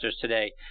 today